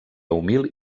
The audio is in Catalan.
humil